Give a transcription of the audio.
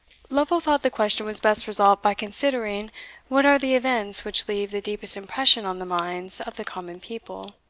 lovel thought the question was best resolved by considering what are the events which leave the deepest impression on the minds of the common people